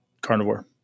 carnivore